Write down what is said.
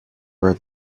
where